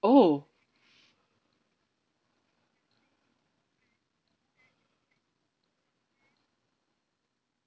oh